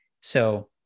So-